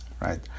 right